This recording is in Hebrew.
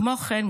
כמו כן,